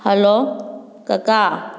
hello ꯀꯀꯥ